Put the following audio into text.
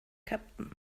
captain